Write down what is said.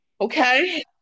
Okay